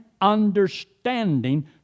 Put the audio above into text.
understanding